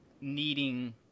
needing